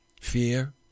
Fear